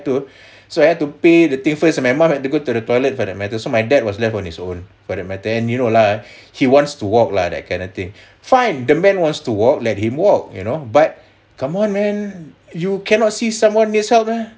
so I had to pay the thing first and my mum had to go to the toilet for that matter so my dad was left on his own for that matter and you know lah he wants to walk lah that kind of thing fine the man wants to walk let him walk you know but come on man you cannot see someone needs help meh